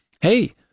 hey